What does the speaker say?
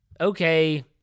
okay